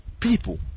people